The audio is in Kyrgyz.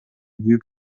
күйүп